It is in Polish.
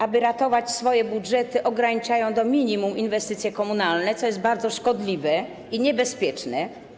Aby ratować swoje budżety, ograniczają do minimum inwestycje komunalne, co jest bardzo szkodliwe i niebezpieczne.